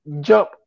jump